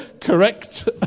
Correct